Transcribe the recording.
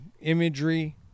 imagery